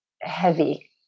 heavy